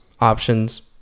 options